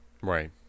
Right